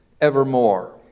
evermore